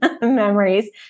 memories